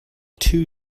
two